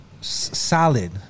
solid